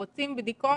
רוצים בדיקות?